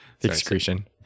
Excretion